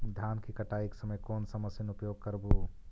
धान की कटाई के समय कोन सा मशीन उपयोग करबू?